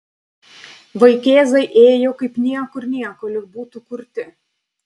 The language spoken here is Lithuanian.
vaikėzai ėjo kaip niekur nieko lyg būtų kurti